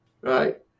right